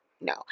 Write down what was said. No